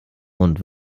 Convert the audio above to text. und